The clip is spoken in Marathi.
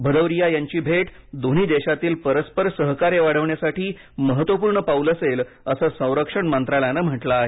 भदौरिया यांची भेट दोन्ही देशातील परस्पर सहकार्य वाढविण्यासाठी महत्त्वपूर्ण पाऊल असेल असं संरक्षण मंत्रालयाने म्हटलं आहे